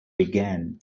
began